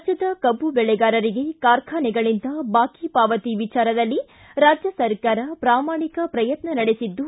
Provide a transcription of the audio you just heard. ರಾಜ್ಞದ ಕಬ್ಬು ದೆಳೆಗಾರರಿಗೆ ಕಾರ್ಖಾನೆಗಳಿಂದ ಬಾಕಿ ಪಾವತಿ ವಿಚಾರದಲ್ಲಿ ರಾಜ್ಞ ಸರ್ಕಾರ ಪ್ರಾಮಾಣಿಕ ಪ್ರಯತ್ನ ನಡೆಸಿದ್ದು